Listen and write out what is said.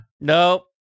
Nope